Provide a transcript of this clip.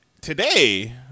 Today